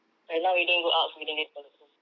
right now we don't go out so we don't get followed home